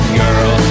girl